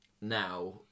now